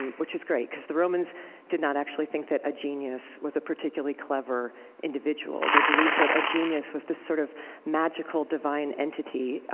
which is great, because the romans did not actually think that a genius was a particularly clever individual. they believed that a genius was this, sort of magical divine entity,